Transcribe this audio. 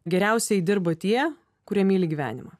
geriausiai dirba tie kurie myli gyvenimą